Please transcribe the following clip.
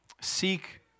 Seek